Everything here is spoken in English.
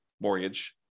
mortgage